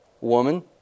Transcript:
Woman